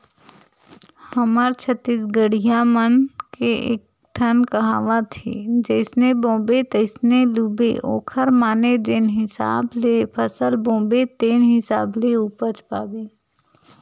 हमर छत्तीसगढ़िया मन के एकठन कहावत हे जइसे बोबे तइसने लूबे ओखर माने जेन हिसाब ले फसल बोबे तेन हिसाब ले उपज पाबे